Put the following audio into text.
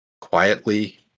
quietly